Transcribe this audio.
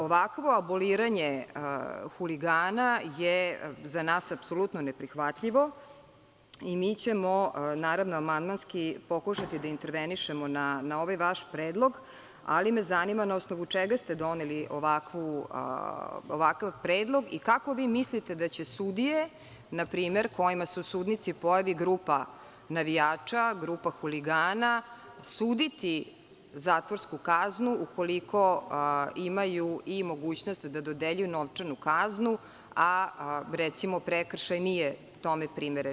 Ovakvo aboliranje huligana je za nas apsolutno neprihvatljivo i mi ćemo naravno amandmanski pokušati da intervenišemo na ovaj vaš predlog, ali me zanima na osnovu čega ste doneli ovakav predlog i kako mislite da će sudije npr. kojima se u sudnici pojavi grupa navijača, grupa huligana suditi zatvorsku kaznu ukoliko imaju i mogućnost da dodeljuju novčanu kaznu, a recimo prekršaj nije tome primeren?